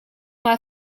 m’a